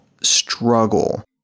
struggle